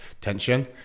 tension